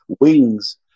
wings